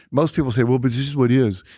most people say, well, but it's just what is.